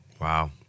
Wow